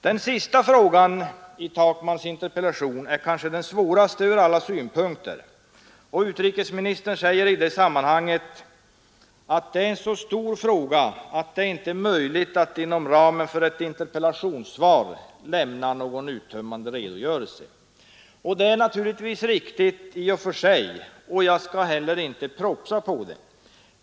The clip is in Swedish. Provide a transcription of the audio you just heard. Den sista frågan i herr Takmans interpellation är kanske den svåraste från alla synpunkter. Utrikesministern säger att det är en så stor fråga att det inte är möjligt att inom ramen för ett interpellationssvar lämna någon uttömmande redogörelse. Det är naturligtvis i och för sig riktigt, och jag skall heller inte propsa på något sådant.